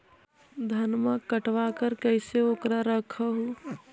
धनमा कटबाकार कैसे उकरा रख हू?